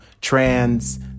trans